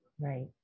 Right